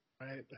Right